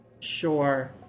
Sure